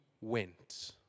went